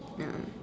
no